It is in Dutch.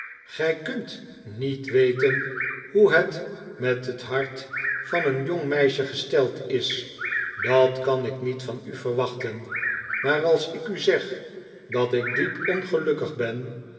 gij kunt niet weten hoe het met het hart van een jong meisje gesteld is dat kan ik niet van u verwachten maar als ik u zeg dat ik diep ongelukkig ben